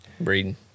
Breeding